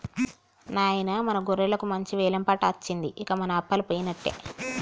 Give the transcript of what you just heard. నాయిన మన గొర్రెలకు మంచి వెలం పాట అచ్చింది ఇంక మన అప్పలు పోయినట్టే